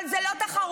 אבל זה לא תחרות.